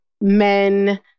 men